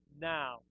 now